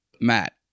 Matt